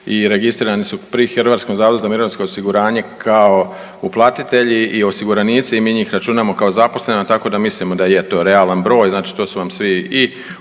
i registrirani su pri HZMO-u kao uplatitelji i osiguranici i mi njih računamo kao zaposlene, tako da mislimo da je to realan broj, znači to su vam svi i